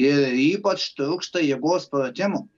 ir ypač trūksta jėgos pratimų